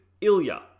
Ilya